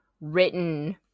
written